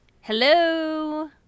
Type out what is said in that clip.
Hello